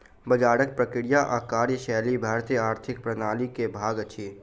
बजारक प्रक्रिया आ कार्यशैली भारतीय आर्थिक प्रणाली के भाग अछि